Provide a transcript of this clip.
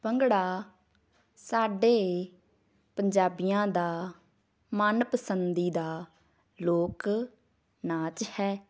ਭੰਗੜਾ ਸਾਡੇ ਪੰਜਾਬੀਆਂ ਦਾ ਮਨ ਪਸੰਦੀਦਾ ਲੋਕ ਨਾਚ ਹੈ